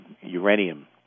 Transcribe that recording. uranium